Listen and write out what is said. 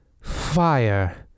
fire